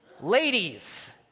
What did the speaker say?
Ladies